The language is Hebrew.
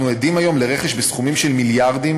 אנחנו עדים היום לרכש בסכומים של מיליארדים